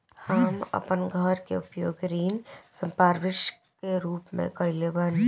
हम अपन घर के उपयोग ऋण संपार्श्विक के रूप में कईले बानी